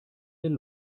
den